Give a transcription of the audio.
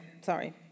sorry